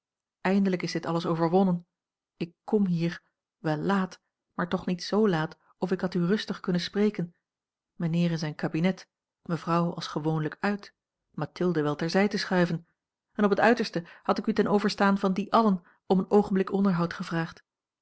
eindelijk is dit alles overwonnen ik kom hier wel laat maar toch niet z laat of ik had u rustig kunnen spreken mijnheer in zijn kabinet mevrouw als gewoonlijk uit mathilde wel ter zij te schuiven a l g bosboom-toussaint langs een omweg en op het uiterste had ik u ten overstaan van die allen om een oogenblik onderhoud gevraagd